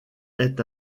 est